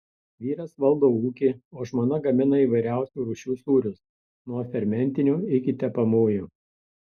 vyras valdo ūkį o žmona gamina įvairiausių rūšių sūrius nuo fermentinių iki tepamųjų